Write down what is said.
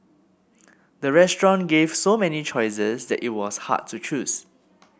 the restaurant gave so many choices that it was hard to choose